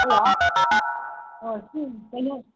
hello ꯑꯣ ꯁꯤ ꯀꯩꯅꯣ